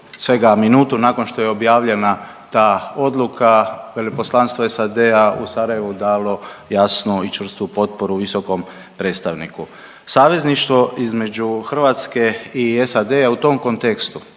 svega minutu nakon što je objavljena ta odluka Veleposlanstvo SAD-a u Sarajevu je dalo jasnu i čvrstu potporu visokom predstavniku. Savezništvo između Hrvatske i SAD-a u tom kontekstu